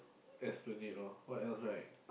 Esplanade orh what else right